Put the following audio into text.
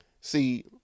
See